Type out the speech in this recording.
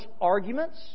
arguments